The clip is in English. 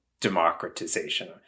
democratization